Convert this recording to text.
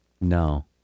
No